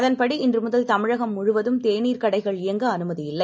அதன்படி இன்றுமுதல்தமிழகம்முழுவதும்தேநீர்கடைகள்இயங்கஅனுமதிஇல்லை